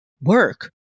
work